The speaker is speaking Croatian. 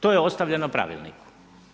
To je ostavljeno pravilnikom.